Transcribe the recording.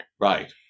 right